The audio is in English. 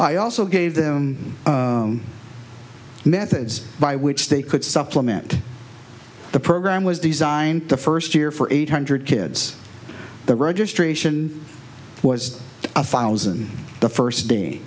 i also gave them methods by which they could supplement the program was designed the first year for eight hundred kids the registration was a thousand the first day